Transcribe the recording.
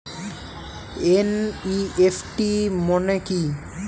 NEFT মনে কি?